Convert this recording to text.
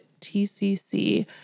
TCC